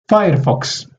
firefox